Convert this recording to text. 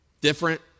Different